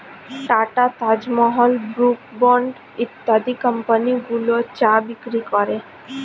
tata, Taj Mahal, Brooke Bond ইত্যাদি কোম্পানিগুলো চা বিক্রি করে